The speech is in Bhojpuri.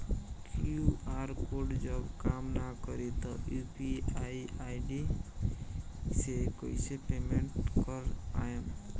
क्यू.आर कोड जब काम ना करी त यू.पी.आई आई.डी से कइसे पेमेंट कर पाएम?